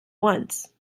once